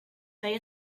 feia